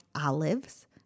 olives